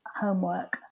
homework